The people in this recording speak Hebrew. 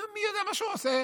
מי יודע מה הוא עושה?